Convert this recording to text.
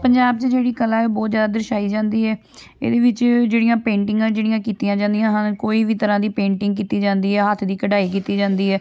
ਪੰਜਾਬ 'ਚ ਜਿਹੜੀ ਕਲਾ ਹੈ ਬਹੁਤ ਜ਼ਿਆਦਾ ਦਰਸਾਈ ਜਾਂਦੀ ਹੈ ਇਹਦੇ ਵਿੱਚ ਜਿਹੜੀਆਂ ਪੇਂਟਿੰਗਾਂ ਜਿਹੜੀਆਂ ਕੀਤੀਆਂ ਜਾਂਦੀਆਂ ਹਨ ਕੋਈ ਵੀ ਤਰ੍ਹਾਂ ਦੀ ਪੇਂਟਿੰਗ ਕੀਤੀ ਜਾਂਦੀ ਹੈ ਹੱਥ ਦੀ ਕਢਾਈ ਕੀਤੀ ਜਾਂਦੀ ਹੈ